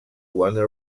warner